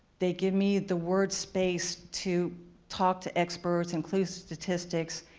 they give me the word space to talk to experts, include statistics,